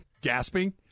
gasping